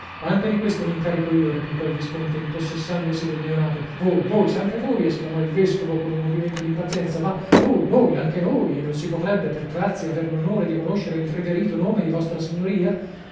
anche di questo mi incarico io replicò il visconte impossessandosi del neonato voi voi sempre voi esclamò il vescovo con un movimento di impazienza ma noi noi anche noi non si potrebbe per grazia aver l'onore di conoscere il riverito nome di vostra signoria